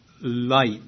light